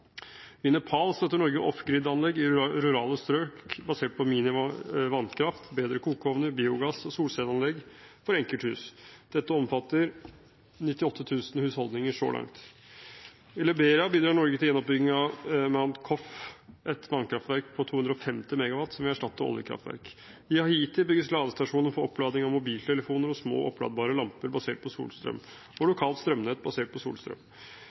I Nepal støtter Norge «off-grid»-anlegg i rurale strøk basert på minivannkraft, bedre kokeovner, biogass og solcelleanlegg for enkelthus. Dette omfatter 98 000 husholdninger så langt. I Liberia bidrar Norge til gjenoppbygging av Mt. Coffee – et vannkraftverk på 250 MW, som vil erstatte oljekraftverk. I Haiti bygges ladestasjoner for opplading av mobiltelefoner og små oppladbare lamper basert på solstrøm, og lokalt strømnett basert på solstrøm.